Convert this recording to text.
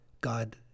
God